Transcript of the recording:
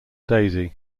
daisy